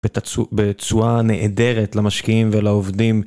בצורה נהדרת למשקיעים ולעובדים.